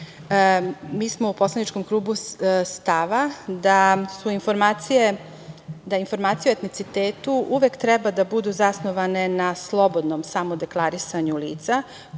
smo u poslaničkom klubu stava da informacije o etnicitetu uvek treba da budu zasnovane na slobodnom samodeklarisanju lica,